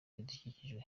ibidukikije